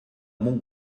mon